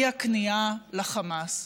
היא הכניעה לחמאס.